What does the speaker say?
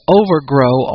overgrow